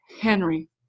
Henry